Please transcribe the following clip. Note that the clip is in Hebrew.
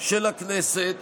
של הכנסת